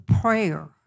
prayer